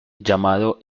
llamado